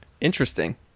Interesting